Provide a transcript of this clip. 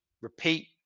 repeat